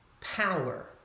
power